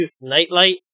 nightlight